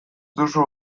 duzu